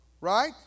right